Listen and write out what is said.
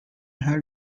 her